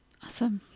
awesome